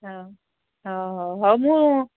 ହଁ ହଁ ହଉ ହଉ ମୁଁ